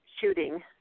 shooting